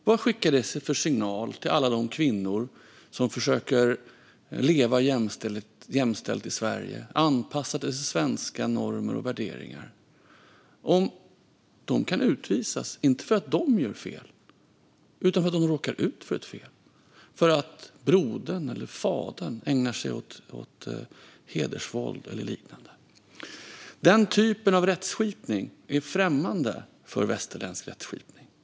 Vad skickar det för signal till alla de kvinnor som försöker leva jämställt i Sverige och anpassa sig till svenska normer och värderingar om de kan utvisas, inte för att de gör fel utan för att de råkar ut för ett fel när brodern eller fadern ägnar sig åt hedersvåld eller liknande? Den typen av rättskipning är främmande för västerländska förhållanden.